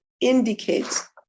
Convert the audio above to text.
indicates